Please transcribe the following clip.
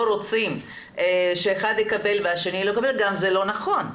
רוצים שאחד יקבל והשני לא יקבל זה גם לא נכון.